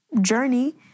journey